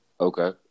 Okay